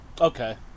Okay